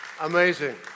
Amazing